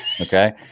Okay